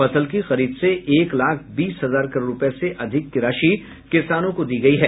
फसल की खरीद से एक लाख बीस हजार करोड़ रुपये से अधिक की राशि किसानों को दी गयी है